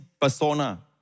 persona